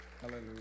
Hallelujah